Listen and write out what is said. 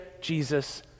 Jesus